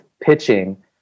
pitching